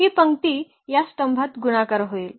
ही पंक्ती या स्तंभात गुणाकार होईल